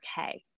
okay